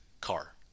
car